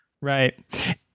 Right